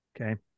Okay